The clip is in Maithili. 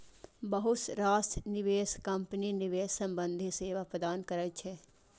बहुत रास निवेश कंपनी निवेश संबंधी सेवा प्रदान करै छै